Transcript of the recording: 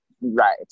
right